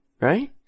right